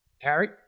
Harry